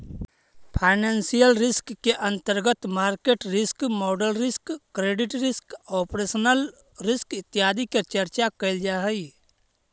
financial risk के अंतर्गत market risk, model risk, credit risk, operational risk इत्यादि के चर्चा कैल जा हई